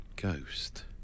Ghost